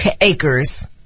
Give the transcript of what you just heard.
acres